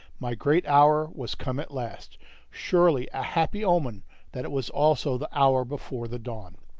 my great hour was come at last surely a happy omen that it was also the hour before the dawn.